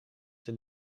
zijn